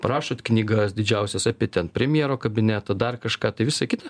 parašot knygas didžiausias apie ten premjero kabinetą dar kažką tai visa kita